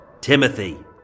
Timothy